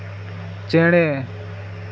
ᱪᱮᱬᱮ